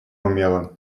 умела